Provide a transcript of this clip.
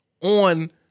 on